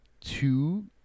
two